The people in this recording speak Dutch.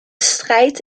strijd